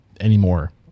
anymore